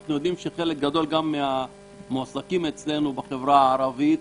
חלק גדול מהמועסקים אצלנו בחברה הערבית